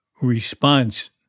response